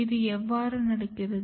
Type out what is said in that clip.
இது எவ்வாறு நடக்கிறது